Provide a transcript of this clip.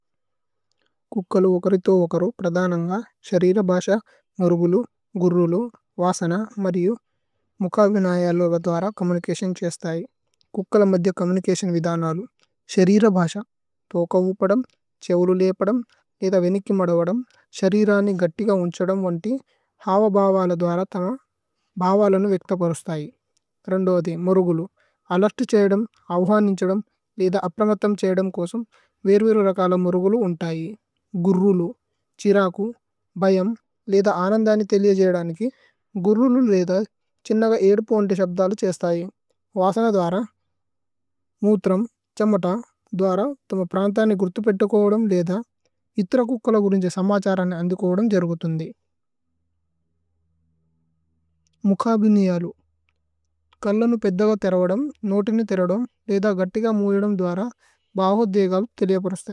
കുക്കലു ഓകരി തോ ഓകരു പ്രധനന്ഗ ശരിരബശ। മുരുഗുലു ഗുര്രുലു വസന മരിയു മുകവിനയലവ। ധ്വര കമുനികസ്യോന് ഛേസ്ഥയി കുക്കല മധ്യ। കമുനികസ്യോന് വിധനലു ശരിരബശ ഥോകവുപദമ്। ഛേവുലു ലേപദമ് വേധ വേനിക്കി മദവദമ് ശരിരനി। ഗത്തിഗ ഉന്ഛദമ് വന്തി ഹാവഭവല ധ്വര ഥമ। ഭവലനു വേക്ത കോരുസ്തയി മുരുഗുലു അലേര്ത് ഛയദമ്। അവഹനിഛദമ് വേധ അപ്രമഥമ് ഛയദമ് കോസമ് വേരു। വേരു രകല മുരുഗുലു ഉന്തയി ഗുര്രുലു ഛ്ഹിരകു ബയമ്। വേധ അനന്ദനി തേലിയജയദനികി ഗുര്രുലു ലേധ। ഛിന്നഗ ഏദുപു ഉന്തേ ശബ്ദലു ഛേസ്ഥയി വസന। ധ്വര മുത്രമ് ഛമത ധ്വര ഥമ പ്രന്ഥനി। ഗുരുഥുപേത്തകോദമ് ലേധ ഇത്ര കുക്കല ഗുരുന്ഛ। സമഛരനി അന്ദികോദമ് ജരുഗുതുന്ദി മുകവിനയലു। കല്ലനു പേദ്ദഗ ഥിരുവദമ് നോതിനി ഥിരുവദമ്। ലേധ ഗത്തിഗ മുവിദമ് ധ്വര ഭവധുധേഗലു।